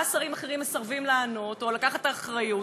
ארבעה שרים אחרים מסרבים לענות או לקחת את האחריות.